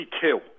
Two